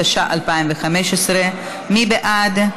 התשע"ה 2015. מי בעד?